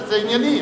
וזה ענייני,